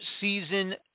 season